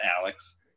Alex